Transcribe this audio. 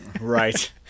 Right